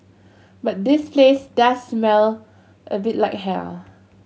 but this place does smell a bit like hell